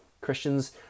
Christians